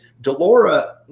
Delora